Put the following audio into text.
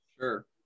Sure